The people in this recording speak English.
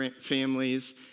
families